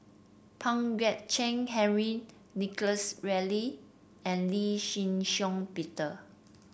Pang Guek Cheng Henry Nicholas Ridley and Lee Shih Shiong Peter